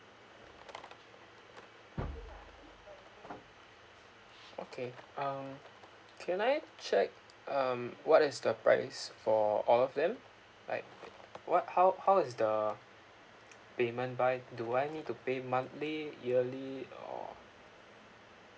okay um can I check um what is the price for all of them like what how how is the payment by do I need to pay monthly yearly or